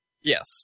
Yes